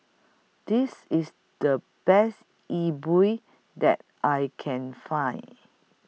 This IS The Best Yi Bua that I Can Find